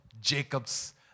Jacob's